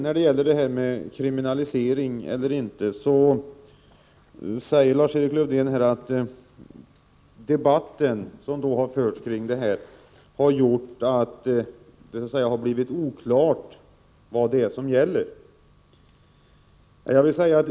När det sedan gäller kriminalisering eller inte, säger Lars-Erik Lövdén att den debatt som har förts om detta har gjort att det har blivit oklart vad som gäller.